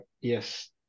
yes